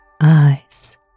eyes